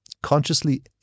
consciously